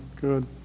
Good